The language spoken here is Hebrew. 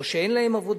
או שאין להם עבודה,